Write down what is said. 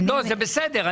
לא, זה בסדר.